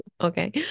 Okay